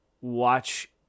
watch